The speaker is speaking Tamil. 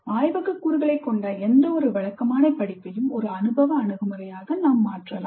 ஆய்வகக் கூறுகளைக் கொண்ட எந்தவொரு வழக்கமான படிப்பையும் ஒரு அனுபவ அணுகுமுறையாக மாற்றலாம்